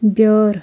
بیٲر